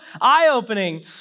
eye-opening